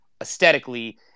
aesthetically